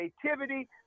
creativity